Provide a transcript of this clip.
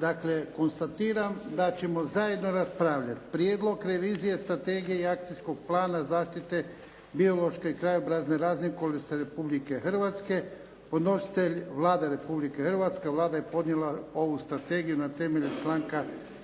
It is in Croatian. Dakle, konstatiram da ćemo zajedno raspravljati: - Prijedlog revizije Strategije i Akcijskog plana zaštite biološke i krajobrazne raznolikosti Republike Hrvatske Podnositelj Vlada Republike Hrvatske. Vlada je podnijela ovu strategiju na temelju članka 151.